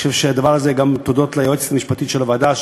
אני חושב שהדבר הזה הוא גם הודות ליועצת המשפטית של הוועדה,